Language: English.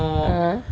(uh huh)